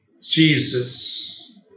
Jesus